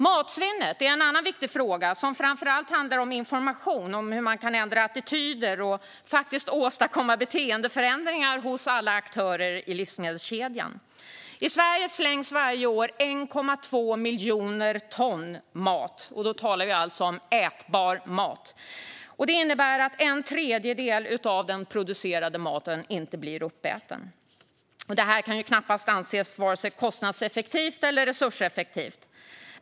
Matsvinnet är en annan viktig fråga som framför allt handlar om information om hur man kan ändra attityder och åstadkomma beteendeförändringar hos alla aktörer i livsmedelskedjan. I Sverige slängs varje år 1,2 miljoner ton mat. Då talar vi om ätbar mat. Det innebär att en tredjedel av den producerade maten inte blir uppäten. Det kan knappast anses vara vare sig kostnadseffektivt eller resurseffektivt.